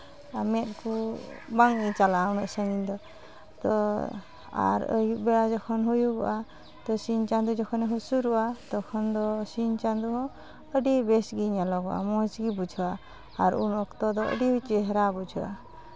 ᱢᱮᱸᱫ ᱠᱚ ᱵᱟᱝ ᱪᱟᱞᱟᱜᱼᱟ ᱩᱱᱟᱹᱜ ᱥᱟᱹᱜᱤᱧ ᱫᱚ ᱛᱚ ᱟᱨ ᱟᱹᱭᱩᱵ ᱵᱮᱲᱟ ᱡᱚᱠᱷᱚᱱ ᱦᱩᱭᱩᱜᱚᱼᱟ ᱛᱚ ᱥᱤᱧ ᱪᱟᱸᱫᱚ ᱡᱚᱠᱷᱚᱱᱮ ᱦᱟᱹᱥᱩᱨᱚᱜᱼᱟ ᱛᱚᱠᱷᱚᱱ ᱫᱚ ᱥᱤᱧ ᱪᱟᱸᱫᱚ ᱦᱚᱸ ᱟᱹᱰᱤ ᱵᱮᱥᱜᱮ ᱧᱮᱞᱚᱜᱚ ᱟᱭ ᱢᱚᱡᱽᱜᱮ ᱵᱩᱡᱷᱟᱹᱣᱼᱟ ᱟᱨ ᱩᱱ ᱚᱠᱛᱚ ᱫᱚ ᱟᱹᱰᱤ ᱪᱮᱦᱨᱟ ᱵᱩᱡᱷᱟᱹᱜᱼᱟ